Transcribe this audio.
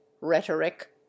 rhetoric